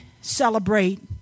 celebrate